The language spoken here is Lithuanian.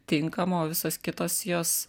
tinkama o visos kitos jos